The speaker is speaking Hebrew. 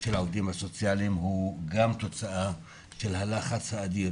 של העובדים הסוציאליים הוא גם תוצאה של הלחץ האדיר